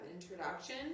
introduction